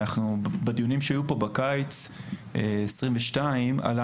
בדיונים שהיו פה בקיץ 2022 עלה